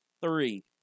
three